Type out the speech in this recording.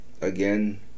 again